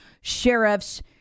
sheriffs